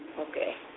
Okay